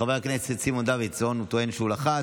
חבר הכנסת סימון דוידסון טוען שהוא לחץ.